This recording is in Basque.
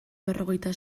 berrogeita